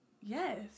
Yes